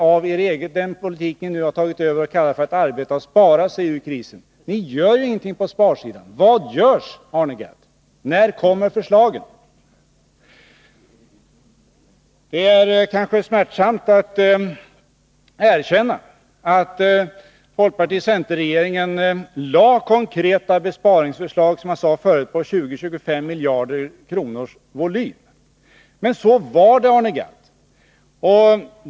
Ni talar om att ”arbeta och spara oss ur krisen”. Men vad görs, Arne Gadd? När kommer sparförslagen? Det är kanske smärtsamt att erkänna att folkparti-center-regeringen lade fram konkreta besparingsförslag på 20-25 miljarder kronor. Men så var det, Arne Gadd.